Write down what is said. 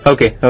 Okay